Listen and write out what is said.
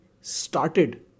started